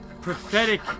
prophetic